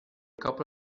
couple